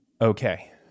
Okay